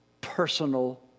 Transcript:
personal